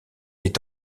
est